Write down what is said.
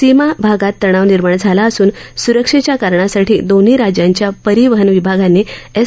सीमा भागात तणाव निर्माण झाला असून सुरक्षेच्या कारणासाठी दोन्ही राज्यांच्या परिवहन विभागांनी एस